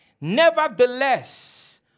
nevertheless